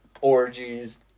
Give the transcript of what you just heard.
orgies